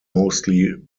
mostly